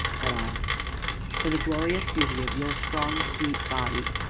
said i for the glorious beauty of your strong, sweet body,